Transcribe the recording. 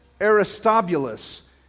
Aristobulus